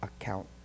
account